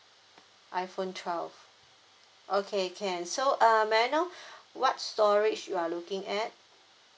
iPhone twelve okay can so uh may I know what storage you are looking at